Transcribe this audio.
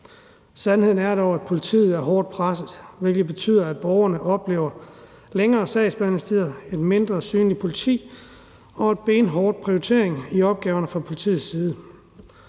Sandheden er dog, at politiet er hårdt presset, hvilket betyder, at borgerne oplever længere sagsbehandlingstider, et mindre synligt politi og en benhård prioritering af opgaverne fra politiets side.